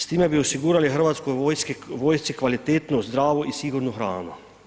S time osigurali Hrvatskoj vojsci kvalitetnu, zdravu i sigurnu hranu.